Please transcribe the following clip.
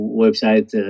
website